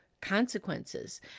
consequences